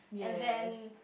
and then